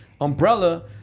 Umbrella